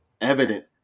evident